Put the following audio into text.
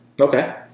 okay